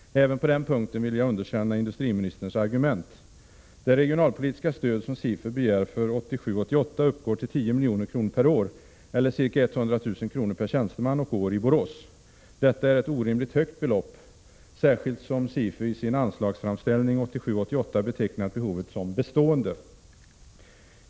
Även på den punkten vill jag underkänna industriministerns argument. Det regionalpolitiska stöd som SIFU begär för 1987 88 betecknat behovet som bestående.